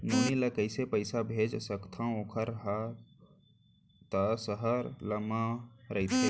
नोनी ल कइसे पइसा भेज सकथव वोकर हा त सहर म रइथे?